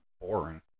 boring